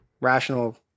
rational